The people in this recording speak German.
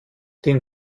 den